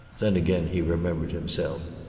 then again he remembered himself.